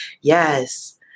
Yes